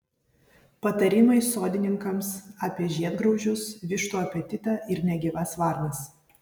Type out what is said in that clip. patarimai sodininkams apie žiedgraužius vištų apetitą ir negyvas varnas